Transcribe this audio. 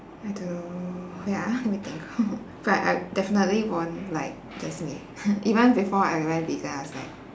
I don't know wait ah let me think but I definitely won't like just meat even before I went vegan I was like